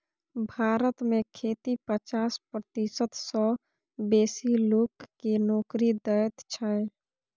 भारत के खेती पचास प्रतिशत सँ बेसी लोक केँ नोकरी दैत छै